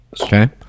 okay